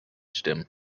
stimmen